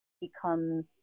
becomes